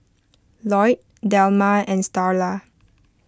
Lloyd Delma and Starla